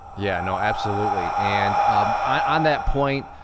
yeah, no, absolutely. and um on that point,